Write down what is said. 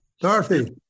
Dorothy